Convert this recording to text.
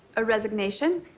a resignation.